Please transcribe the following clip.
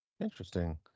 Interesting